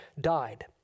died